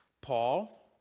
paul